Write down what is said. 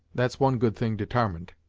that's one good thing detarmined.